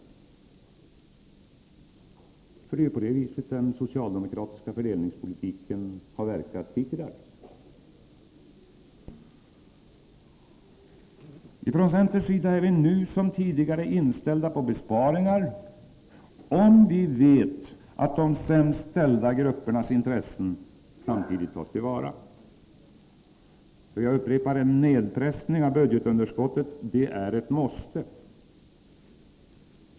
Det är ju på det viset den socialdemokratiska fördelningspolitiken hittills har verkat. Vi i centern är nu liksom tidigare inställda på besparingar, om vi vet att de sämst ställda gruppernas intressen samtidigt tas till vara. Jag upprepar: En nedpressning av budgetunderskottet är ett måste.